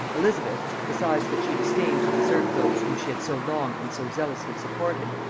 elizabeth, besides that she disdained to desert those whom she had so long and so zealously supported,